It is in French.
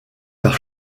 par